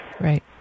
Right